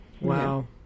Wow